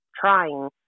trying